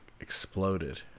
exploded